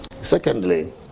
Secondly